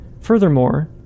Furthermore